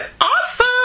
awesome